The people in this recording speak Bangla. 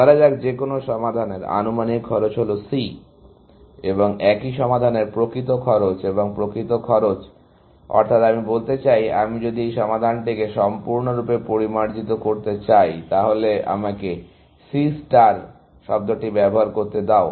ধরা যাক যেকোনো সমাধানের আনুমানিক খরচ হল C এবং একই সমাধানের প্রকৃত খরচ এবং প্রকৃত খরচ অর্থাৎ আমি বলতে চাই আমি যদি সেই সমাধানটিকে সম্পূর্ণরূপে পরিমার্জিত করতে চাই তাহলে আমাকে C ষ্টার শব্দটি ব্যবহার করতে দাও